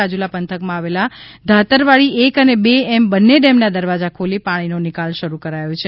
રાજુલા પંથક માં આવેલા ધાતરવાડી એક અને બે એમ બંને ડેમના દરવાજા ખોલી પાણીનો નિકાલ શરૃ કરાયો છે